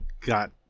got